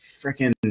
freaking